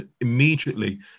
immediately